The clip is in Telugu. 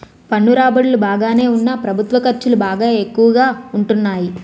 పన్ను రాబడులు బాగానే ఉన్నా ప్రభుత్వ ఖర్చులు బాగా ఎక్కువగా ఉంటాన్నాయి